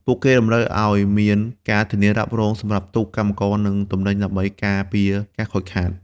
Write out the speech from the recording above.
ពួកគេតម្រូវឱ្យមាន ការធានារ៉ាប់រង សម្រាប់ទូក កម្មករ និងទំនិញដើម្បីការពារការខូចខាត។